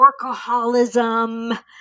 workaholism